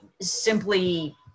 simply